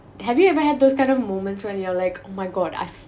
have you ever had those kind of moments when you're like oh my god I